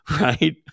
Right